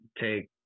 take